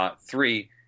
Three